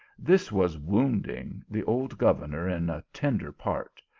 this was wounding the old governor in a tender part,